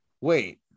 Wait